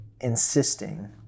insisting